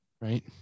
right